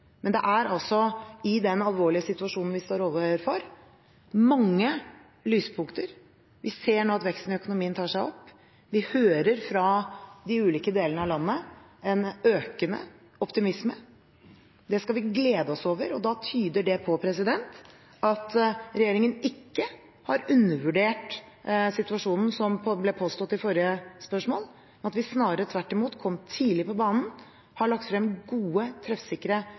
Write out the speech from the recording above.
Men det er altså, i den alvorlige situasjonen vi står overfor, mange lyspunkter. Vi ser nå at veksten i økonomien tar seg opp. Vi hører fra de ulike delene av landet om en økende optimisme. Det skal vi glede oss over, og da tyder det på at regjeringen ikke har undervurdert situasjonen, slik som det ble påstått i forrige spørsmål, men at vi snarere tvert imot kom tidlig på banen og har lagt frem gode, treffsikre